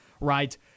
right